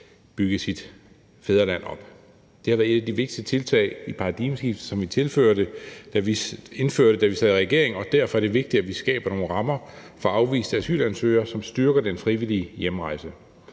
bygge sit fædreland op. Det har været et af de vigtige tiltag i paradigmeskiftet, som vi indførte, da vi sad i regering. Og derfor er det vigtigt, at vi skaber nogle rammer for afviste asylansøgere, som styrker den frivillige hjemrejse.